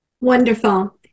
Wonderful